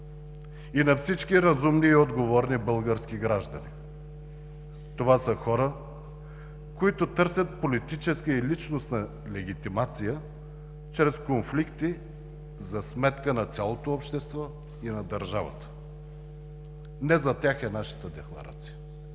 и на всички разумни и отговорни български граждани. Това са хора, които търсят политическа и личностна легитимация чрез конфликти за сметка на цялото общество и на държавата. Не за тях е нашата Декларация.